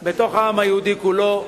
בתוך העם היהודי כולו.